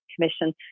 Commission